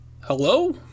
hello